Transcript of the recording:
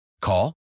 Call